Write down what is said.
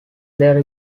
there